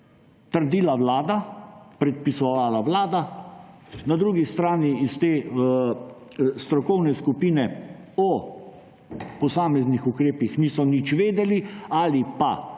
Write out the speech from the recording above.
trdila vlada, predpisovala vlada, na drugi strani iz te strokovne skupine o posameznih ukrepih niso nič vedeli ali pa so